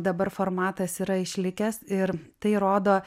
dabar formatas yra išlikęs ir tai rodo